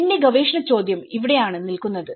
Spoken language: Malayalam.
എന്റെ ഗവേഷണ ചോദ്യം അവിടെയാണ് നിൽക്കുന്നത്